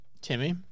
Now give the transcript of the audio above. Timmy